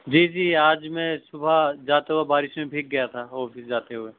جی جی آج میں صُبح جاتے ہوئے بارش میں بھیگ گیا تھا آفس جاتے ہوئے